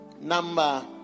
number